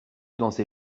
dansez